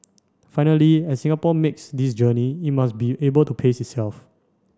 finally as Singapore makes this journey it must be able to pace itself